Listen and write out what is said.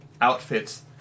outfits